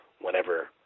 whenever